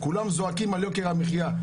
כולם זועקים על יוקר המחיה,